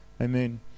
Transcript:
Amen